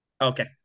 okay